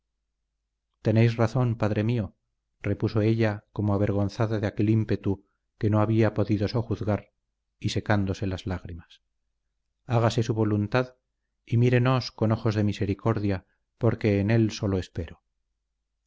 tenéis razón padre mío repuso ella como avergonzada de aquel ímpetu que no había podido sojuzgar y secándose las lágrimas hágase su voluntad y mírenos con ojos de misericordia porque en él sólo espero